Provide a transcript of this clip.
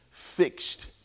fixed